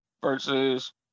versus